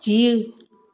जीउ